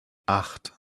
acht